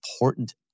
important